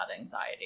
anxiety